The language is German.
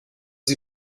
sie